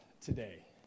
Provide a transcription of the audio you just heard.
today